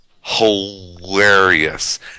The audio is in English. hilarious